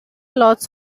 lots